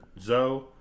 Zoe